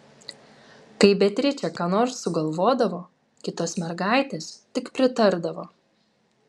kai beatričė ką nors sugalvodavo kitos mergaitės tik pritardavo